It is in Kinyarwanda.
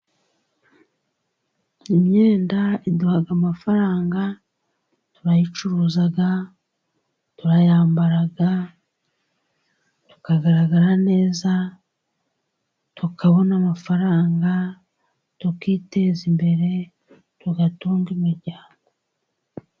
Imyenda iduha amafaranga turayicuruza, turayambara tukagaragara neza tukabona amafaranga tukiteza imbere tugatunga imiryango.